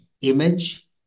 image